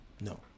No